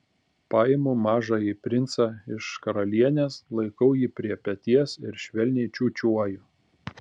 paimu mažąjį princą iš karalienės laikau jį prie peties ir švelniai čiūčiuoju